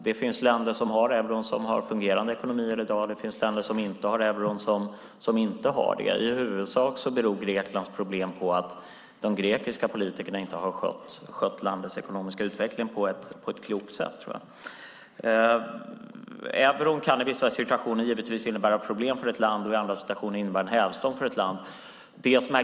Det finns länder som har euron som har fungerande ekonomier i dag, och det finns länder som inte har euron som inte har det. I huvudsak beror Greklands problem på att de grekiska politikerna inte har skött landets ekonomiska utveckling på ett klokt sätt. Euron kan givetvis i vissa situationer innebära problem för ett land och i andra situationer vara en hävstång för ett land.